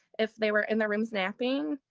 if they were in their rooms napping,